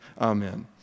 Amen